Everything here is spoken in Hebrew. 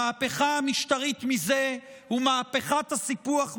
המהפכה המשטרית מזה ומהפכת הסיפוח מזה,